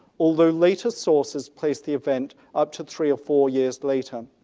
although later sources place the event up to three or four years later.